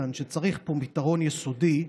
כאן צריך פה פתרון יסודי.